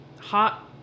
Hot